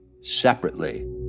separately